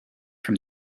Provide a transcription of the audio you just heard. from